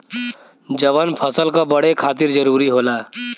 जवन फसल क बड़े खातिर जरूरी होला